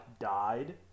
died